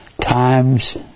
times